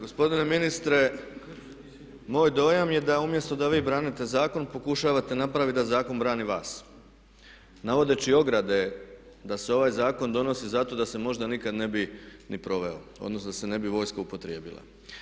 Gospodine ministre moj dojam je da umjesto da vi branite zakon pokušavate napraviti da zakon brani vas navodeći ograde da se ovaj zakon donosi zato da se možda nikada ne bi ni proveo, odnosno da se ne bi vojska upotrijebila.